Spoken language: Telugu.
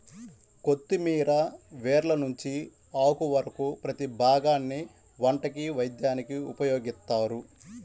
కొత్తిమీర వేర్ల నుంచి ఆకు వరకు ప్రతీ భాగాన్ని వంటకి, వైద్యానికి ఉపయోగిత్తారు